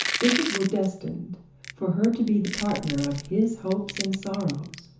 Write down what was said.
if it were destined for her to be the partner of his hopes and sorrows,